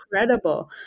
incredible